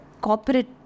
corporate